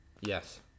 Yes